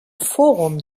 forum